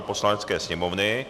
Poslanecké sněmovny